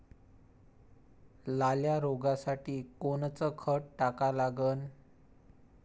लाल्या रोगासाठी कोनचं खत टाका लागन?